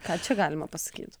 ką čia galima pasakyt